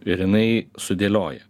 ir jinai sudėlioja